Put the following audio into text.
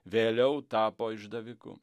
vėliau tapo išdaviku